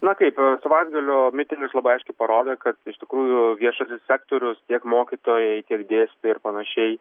na kaip savaitgalio mitingas labai aiškiai parodė kad iš tikrųjų viešasis sektorius tiek mokytojai tiek dėstytojai ir panašiai